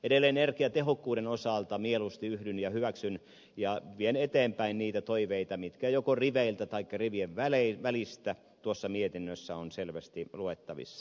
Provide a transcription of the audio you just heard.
edelleen energiatehokkuuden osalta mieluusti yhdyn niihin toiveisiin hyväksyn ne ja vien eteenpäin niitä toiveita mitkä joko riveiltä taikka rivien välistä tuossa mietinnössä ovat selvästi luettavissa